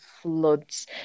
floods